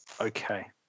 Okay